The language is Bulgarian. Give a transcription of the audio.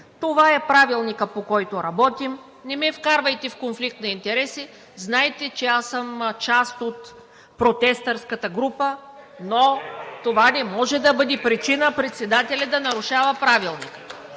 Това е Правилникът, по който работим. Не ме вкарвайте в конфликт на интереси. Знаете, че аз съм част от протестърската група (смях), но това не може да бъде причина председателят да нарушава Правилника.